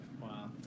Wow